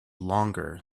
longer